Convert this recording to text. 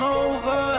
over